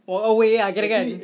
walk away ah katakan